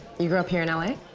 you grow up here in l a?